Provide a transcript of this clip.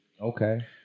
Okay